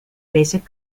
basic